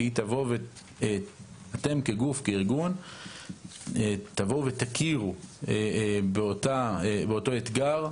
אתם כגוף וכארגון תכירו באותו אתגר,